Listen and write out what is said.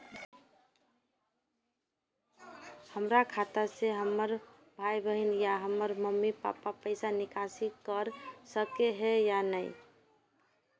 हमरा खाता से हमर भाई बहन या हमर मम्मी पापा पैसा निकासी कर सके है या नहीं?